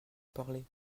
parler